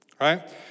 right